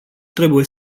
trebuie